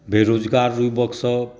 बेरोजगार युवक सभ